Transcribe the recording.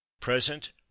present